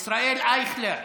ישראל אייכלר,